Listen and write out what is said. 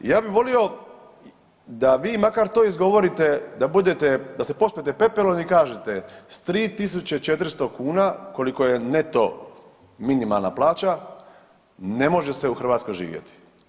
Ja bi volio da vi makar to izgovorite, da budete, da se pospete pepelom i kažete s 3.400 kuna koliko je neto minimalna plaća ne može se u Hrvatskoj živjeti.